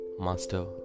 Master